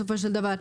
בסופו של דבר,